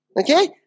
Okay